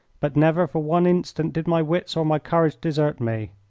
but never for one instant did my wits or my courage desert me.